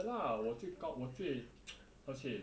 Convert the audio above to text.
ya lah 我最高我最 how to say